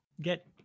get